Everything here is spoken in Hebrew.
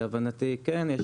להבנתי כן.